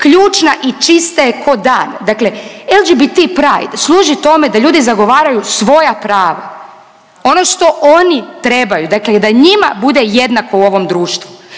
ključna i čista je ko dan, dakle LGBT pride služi tome da ljudi zagovaraju svoja prava, ono što oni trebaju, dakle i da njima bude jednako u ovom društvu,